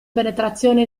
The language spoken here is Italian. penetrazione